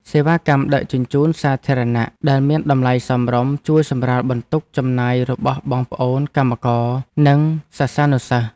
សេវាកម្មដឹកជញ្ជូនសាធារណៈដែលមានតម្លៃសមរម្យជួយសម្រាលបន្ទុកចំណាយរបស់បងប្អូនកម្មករនិងសិស្សានុសិស្ស។